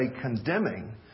condemning